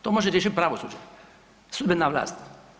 To može riješiti pravosuđe, sudbena vlast.